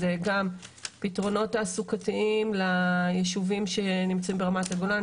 אז גם פתרונות תעסוקתיים ליישובים שנמצאים ברמת הגולן,